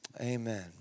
Amen